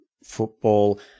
football